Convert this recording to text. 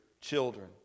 children